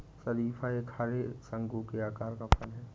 शरीफा एक हरे, शंकु के आकार का फल है